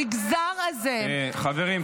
המגזר הזה -- חברים.